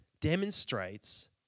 demonstrates